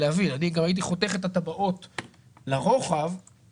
להבנתי חבר הכנסת קרעי שאל את דניאל מלצר.